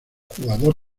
jugador